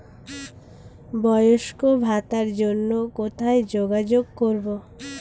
বয়স্ক ভাতার জন্য কোথায় যোগাযোগ করব?